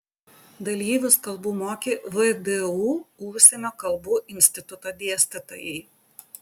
dalyvius kalbų mokė vdu užsienio kalbų instituto dėstytojai